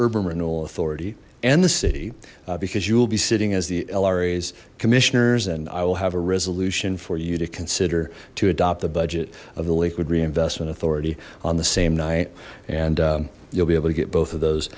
urban renewal authority and the city because you will be sitting as the el ras commissioners and i will have a resolution for you to consider to adopt the budget of the lakewood reinvestment authority on the same night and you'll be able to get both of those